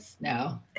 no